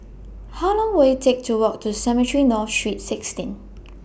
How Long Will IT Take to Walk to Cemetry North Street sixteen